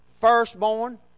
Firstborn